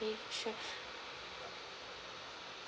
sure